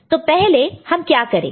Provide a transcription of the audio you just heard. तो पहले हम क्या करेंगे